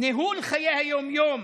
ניהול חיי היום-יום